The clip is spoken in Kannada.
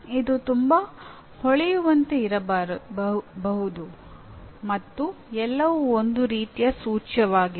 ಇದು ತುಂಬಾ ಹೊಳೆಯುವಂತೆ ಇರಬಹುದು ಮತ್ತು ಎಲ್ಲವೂ ಒಂದು ರೀತಿಯ ಸೂಚ್ಯವಾಗಿದೆ